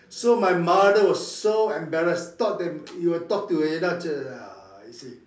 so my mother was so embarrassed thought that he will talk to end up ah you see